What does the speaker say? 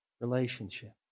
relationship